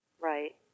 Right